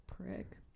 Prick